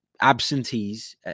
absentees